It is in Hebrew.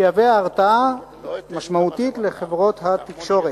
שיהווה הרתעה משמעותית לחברות התקשורת.